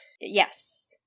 Yes